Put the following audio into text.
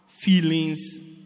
Feelings